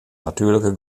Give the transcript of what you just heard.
natuerlike